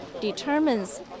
determines